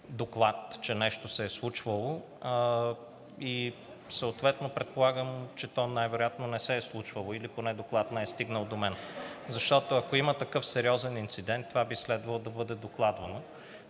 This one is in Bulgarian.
доклад, че нещо се е случвало, и съответно предполагам, че то най-вероятно не се е случвало, или поне доклад не е стигнал до мен, защото, ако има такъв сериозен инцидент, това би следвало да бъде докладвано.